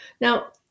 now